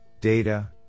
data